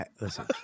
Listen